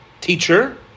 teacher